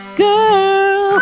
girl